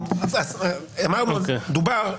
קצת --- דובר,